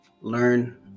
learn